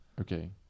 Okay